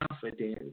confidence